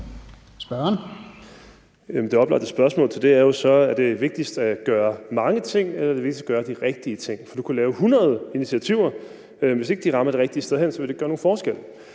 Jamen det oplagte spørgsmål til det er jo så, om det er vigtigst at gøre mange ting, eller om det er vigtigst at gøre de rigtige ting. For du kunne lave 100 initiativer, men hvis ikke de rammer det rigtige sted, vil det ikke gøre nogen forskel.